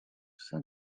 sein